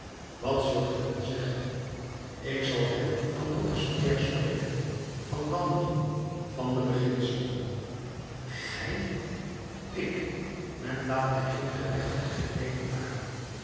wat zult ge hun zeggen ik zal hen van robespierre spreken van danton van de beginselen gij ik men laat mij geen gerechtigheid wedervaren